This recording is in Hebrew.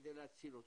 כדי להציל אותם.